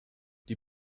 die